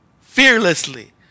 fearlessly